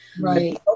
Right